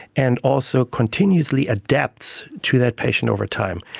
and also continuously adapts to that patient over time.